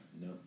No